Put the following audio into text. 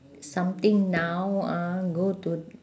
something now uh go to